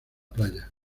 playa